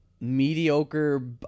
mediocre